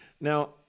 Now